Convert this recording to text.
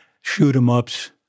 shoot-em-ups